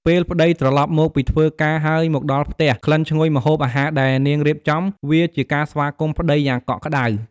ពេលប្តីត្រឡប់មកពីធ្វើការហើយមកដល់ផ្ទះ ក្លិនឈ្ងុយម្ហូបអាហារដែលនាងរៀបចំ វាជាការស្វាគមន៍ប្ដីយ៉ាងកក់ក្ដៅ។